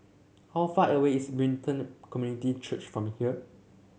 how far away is Brighton Community Church from here